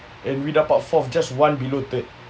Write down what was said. and read up on fourth just one below third